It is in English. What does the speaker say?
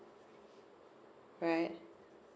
right